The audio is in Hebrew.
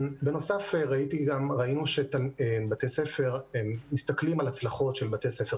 בנוסף ראינו שבתי הספר מסתכלים על הצלחות של בתי ספר